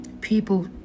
people